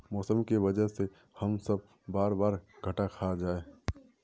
मौसम के वजह से हम सब बार बार घटा खा जाए हीये?